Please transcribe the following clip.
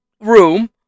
room